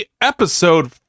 Episode